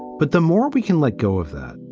but the more we can let go of that,